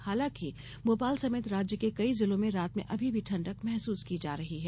हालांकि भोपाल समेत राज्य के कई जिलों में रात में अभी भी ठंडक महसूस की जा रही है